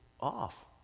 off